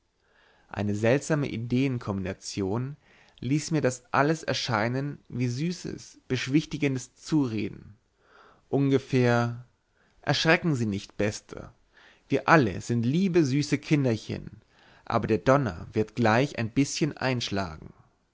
eine seltsame ideen kombination ließ mir das alles erscheinen wie süßes beschwichtigendes zureden ungefähr erschrecken sie nicht bester wir alle sind liebe süße kinderchen aber der donner wird gleich ein bißchen einschlagen